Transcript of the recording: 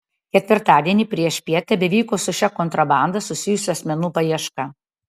ketvirtadienį priešpiet tebevyko su šia kontrabanda susijusių asmenų paieška